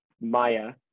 Maya